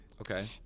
Okay